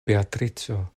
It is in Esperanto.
beatrico